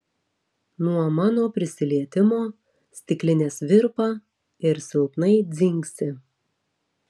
nuo mano prisilietimo stiklinės virpa ir silpnai dzingsi